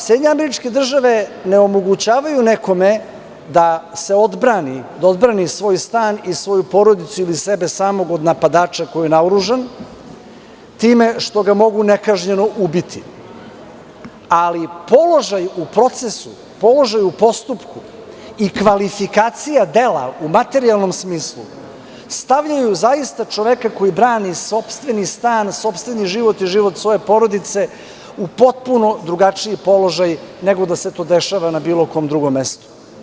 Sjedinjene Američke Države ne omogućavaju nekome da se odbrani, da obrani svoj stan i svoju porodicu ili sebe samog od napadača koji je naoružan, time što ga mogu nekažnjeno ubiti, ali položaj u procesu, položaj u postupku i kvalifikacija dela u materijalnom smislu, stavljaju zaista čoveka koji brani sopstveni stan, sopstveni život i život svoje porodice u potpuno drugačiji položaj nego da se to dešava na bilo kom drugom mestu.